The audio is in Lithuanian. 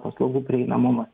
paslaugų prieinamumas